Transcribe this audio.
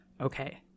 okay